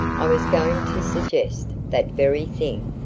i was going to suggest that very thing.